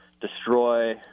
destroy